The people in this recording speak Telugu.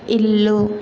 ఇల్లు